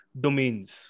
domains